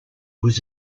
was